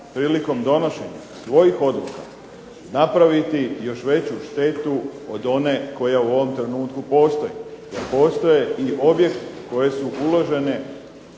prilikom donošenja svojih odluka napraviti još veću štetu od one koja u ovom trenutku postoji. I postoje i objekt koje su uložene